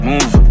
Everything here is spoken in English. Move